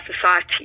society